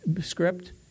script